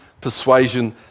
persuasion